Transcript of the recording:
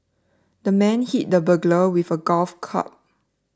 the man hit the burglar with a golf club